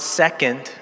second